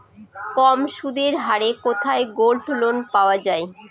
কম সুদের হারে কোথায় গোল্ডলোন পাওয়া য়ায়?